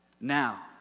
now